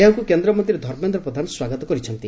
ଏହାକୁ କେନ୍ଦ୍ରମନ୍ତ୍ରୀ ଧର୍ମେନ୍ଦ୍ର ପ୍ରଧାନ ସ୍ୱାଗତ କରିଛନ୍ତି